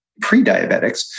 pre-diabetics